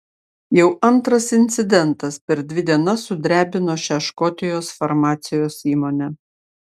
jau antras incidentas per dvi dienas sudrebino šią škotijos farmacijos įmonę